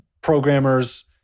programmers